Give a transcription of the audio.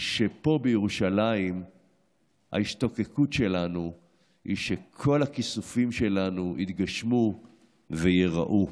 שפה בירושלים ההשתוקקות שלנו היא שכל הכיסופים שלנו יתגשמו וייראו.